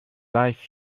life